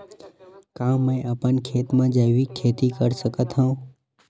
का मैं अपन खेत म जैविक खेती कर सकत हंव?